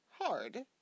hard